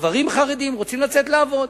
גברים חרדים רוצים לצאת לעבוד.